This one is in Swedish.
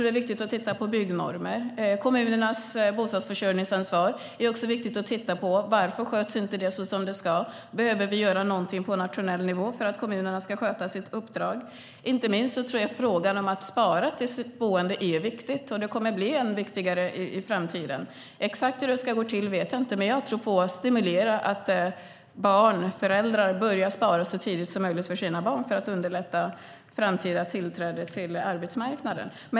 Det är viktigt att titta på byggnormer. Det är också viktigt att titta på varför kommunernas bostadsförsörjningsansvar inte sköts som det ska. Behöver vi göra något på nationell nivå för att kommunerna ska sköta sitt uppdrag? Jag tror att inte minst frågan om att spara till sitt boende är viktig. Den kommer att bli ännu viktigare i framtiden. Exakt hur det ska gå till vet jag inte, men jag tror på att stimulera föräldrar att börja spara så tidigt som möjligt åt sina barn för att underlätta framtida tillträde till bostadsmarknaden.